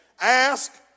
ask